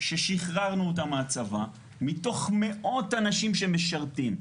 ששחררנו אותם מהצבא מתוך מאות אנשים שמשרתים.